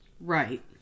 Right